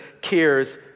cares